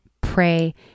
pray